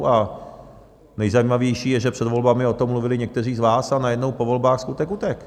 A nejzajímavější je, že před volbami o tom mluvili někteří z vás, a najednou po volbách skutek utek.